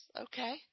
Okay